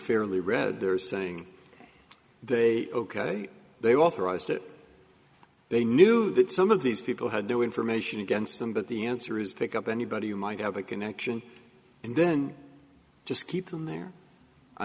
fairly read they're saying they are ok they authorized it they knew that some of these people had no information against them but the answer is pick up anybody who might have a connection and then just keep them there i